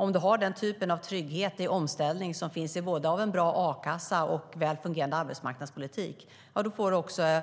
Om du har den typ av trygghet i omställning som finns i både en bra a-kassa och en väl fungerande arbetsmarknadspolitik får du också